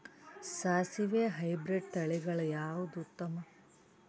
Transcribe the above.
ಸಾಸಿವಿ ಹೈಬ್ರಿಡ್ ತಳಿಗಳ ಯಾವದು ಉತ್ತಮ?